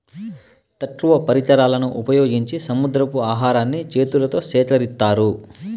తక్కువ పరికరాలను ఉపయోగించి సముద్రపు ఆహారాన్ని చేతులతో సేకరిత్తారు